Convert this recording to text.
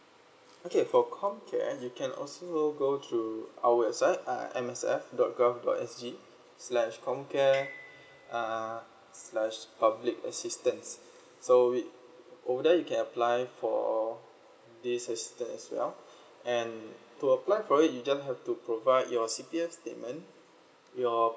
okay for comcare you can also go to our website uh M S F dot gov dot S_G slash comcare err slash public assistance so wait over there you can apply for this assistance as well and to apply for it you just have to provide your C_P_F statement your